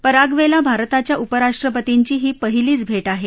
पराग्वेला भारताच्या उपराष्ट्रपतींची ही पहिलीच भेट आहे